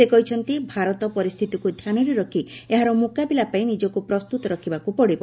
ସେ କହିଛନ୍ତି ଭାରତ ପରିସ୍ଥିତିକୁ ଧ୍ୟାନରେ ରଖି ଏହାର ମୁକାବିଲା ପାଇଁ ନିଜକୁ ପ୍ରସ୍ତୁତ ରଖିବାକୁ ପଡ଼ିବ